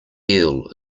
eel